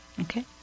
Okay